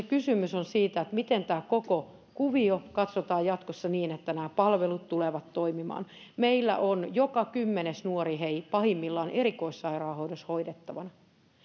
kysymys on siitä miten tämä koko kuvio katsotaan jatkossa niin että nämä palvelut tulevat toimimaan meillä on joka kymmenes nuori hei pahimmillaan erikoissairaanhoidossa hoidettavana